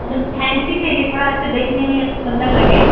एकदम फैन्सी चाहिए थोड़ा ऐसे देखने में सुंदर लगे